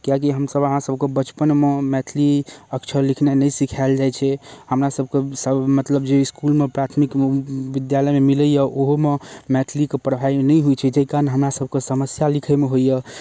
किएकी हमसब अहाँ सब कऽ बचपनमे मैथिली अक्षर लिखनाइ नहि सिखाएल जाइत छै हमरा सबके सर मतलब जे इसकुलमे प्राथमिक विद्यालयमे मिलैए ओहोमे मैथिली कऽ पढ़ाइ नहि होइत छै जाहि कारण हमरा सब कऽ समस्या लिखैमे होइए